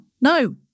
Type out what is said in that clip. No